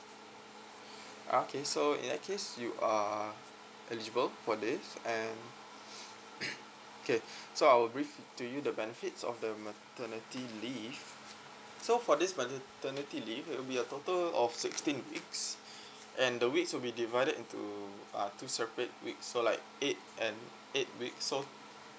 ah okay so in that case you are eligible for this and okay so I'll brief to you the benefits of the maternity leave so for this maternity leave it will be a total of sixteen weeks and the weeks will be divided into uh two separate week so like eight and eight weeks so